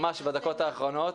ממש בדקות האחרונות,